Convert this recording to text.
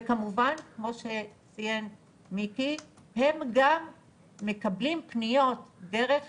וכמובן, כמו שציין מיקי, הם גם מקבלים פניות דרך